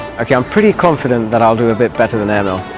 okay, i'm pretty confident that i will do a bit better than and